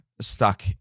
stuck